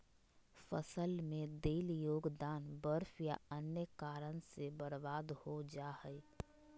फसल में देल योगदान बर्फ या अन्य कारन से बर्बाद हो जा हइ